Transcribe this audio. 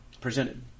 presented